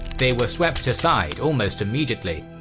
they were swept aside almost immediately,